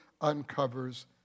uncovers